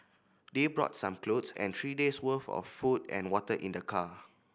they brought some clothes and three days worth of food and water in their car